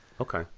Okay